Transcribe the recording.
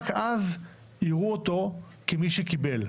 רק אז יראו אותו כמי שקיבל.